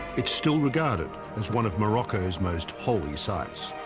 it's still regarded as one of morocco's most holy sites.